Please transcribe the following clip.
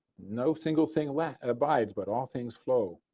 no single thing abides but all things flow.